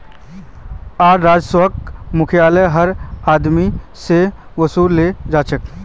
कर राजस्वक मुख्यतयः हर आदमी स वसू ल छेक